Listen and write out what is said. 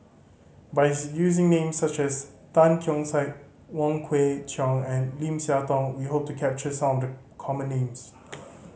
by using names such as Tan Keong Saik Wong Kwei Cheong and Lim Siah Tong we hope to capture some of the common names